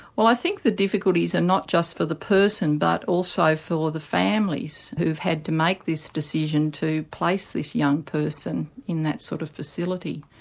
well i think the difficulties are not just for the person but also for the families who've had to make this decision to place this young person in that sort of facility.